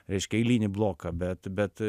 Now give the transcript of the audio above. reiškia eilinį bloką bet bet